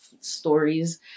stories